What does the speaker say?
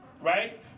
Right